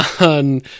on